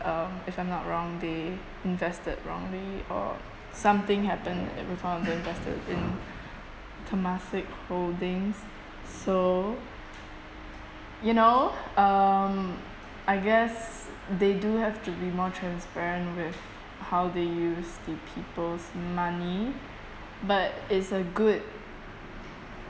uh if I'm not wrong they invested wrongly or something happened uh from the investors in Temasek Holdings so you know um I guess they do have to be more transparent with how they use the people's money but it's a good